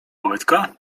łydka